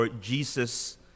Jesus